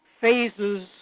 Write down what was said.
phases